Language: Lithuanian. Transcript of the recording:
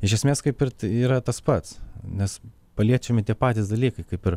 iš esmės kaip ir t yra tas pats nes paliečiami tie patys dalykai kaip ir